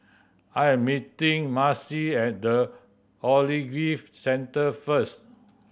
I am meeting Marcy at The Ogilvy Centre first